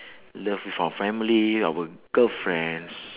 love with our family our girlfriends